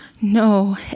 no